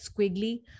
squiggly